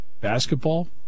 Basketball